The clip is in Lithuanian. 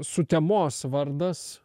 sutemos vardas